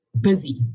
busy